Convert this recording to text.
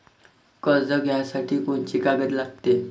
कर्ज घ्यासाठी कोनची कागद लागते?